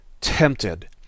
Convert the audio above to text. tempted